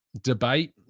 debate